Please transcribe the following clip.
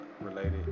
related